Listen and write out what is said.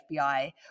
FBI